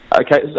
Okay